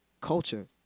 culture